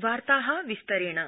प्रधानमन्त्री सीसीए